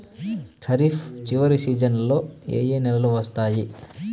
ఖరీఫ్ చివరి సీజన్లలో ఏ ఏ నెలలు వస్తాయి